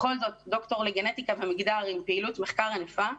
בכל זאת דוקטור לגנטיקה ומגדר עם פעילות מחקר ענפה,